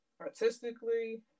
Artistically